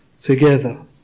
together